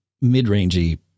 mid-rangey